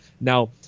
Now